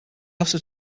also